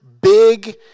big